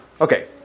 Okay